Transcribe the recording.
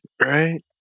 Right